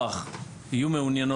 על מנת שלא תהיה העלאה בתשלומי הורים.